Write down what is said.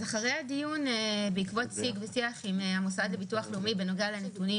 אז אחרי הדיון בעקבות שיג ושיח עם המוסד לביטוח לאומי בנוגע לנתונים